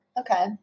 okay